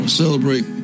Celebrate